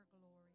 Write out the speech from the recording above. glory